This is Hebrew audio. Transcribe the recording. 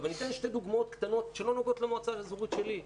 אני אתן שתי דוגמאות קטנות שלא נוגעות למועצה האזורית שלי.